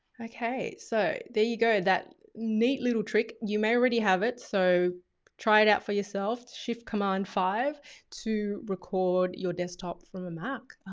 okay. so there you go. that neat little trick, you may already have it. so try it out for yourself. shift command five to record your desktop from a mac.